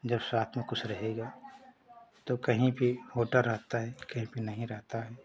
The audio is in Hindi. जब साथ में कुछ रहेगा तो कहीं पर होटल रहता है कहीं पर नहीं रहता है